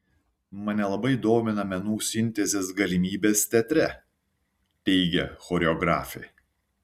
mane labai domina menų sintezės galimybės teatre teigia choreografė